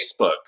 Facebook